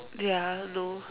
ya no